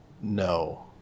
No